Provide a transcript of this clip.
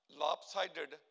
lopsided